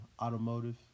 Automotive